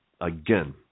again